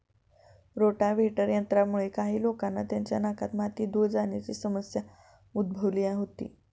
rotavator यंत्रामुळे काही लोकांना त्यांच्या नाकात माती, धूळ जाण्याची समस्या उद्भवली होती